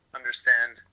understand